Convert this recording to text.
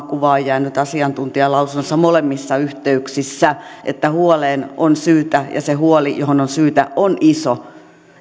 kuva on jäänyt asiantuntijalausunnoista molemmissa yhteyksissä että huoleen on syytä ja se huoli johon on syytä on iso